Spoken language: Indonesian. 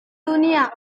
dunia